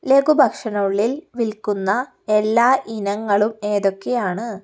ലഘുഭക്ഷണം ഉള്ളിൽ വിൽക്കുന്ന എല്ലാ ഇനങ്ങളും ഏതൊക്കെയാണ്